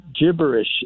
gibberish